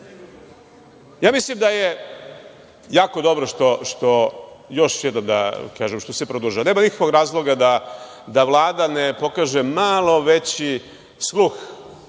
mislim da je jako dobro, još jednom da kažem, što se produžava. Nema nikakvog razloga da Vlada ne pokaže malo veći sluh